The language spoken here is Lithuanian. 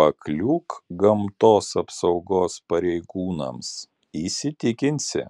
pakliūk gamtos apsaugos pareigūnams įsitikinsi